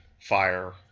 fire